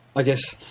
i guess,